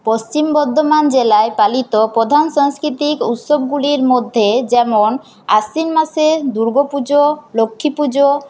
পশ্চিম বর্ধমান জেলায় পালিত প্রধান সাংস্কৃতিক উৎসবগুলির মধ্যে যেমন আশ্বিন মাসে দুর্গাপুজো লক্ষ্মীপুজো